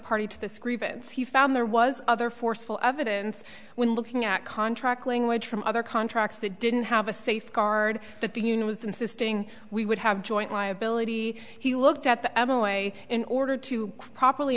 party to this grievance he found there was other forceful evidence when looking at contract language from other contracts that didn't have a safeguard that the unit was insisting we would have joint liability he looked at the apple way in order to properly